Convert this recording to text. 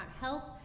help